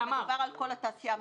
מדובר על כל התעשייה המקומית.